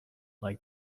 like